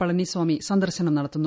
പളനിസ്വാമി സന്ദർശനം നടത്തും